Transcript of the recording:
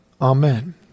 amen